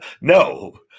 No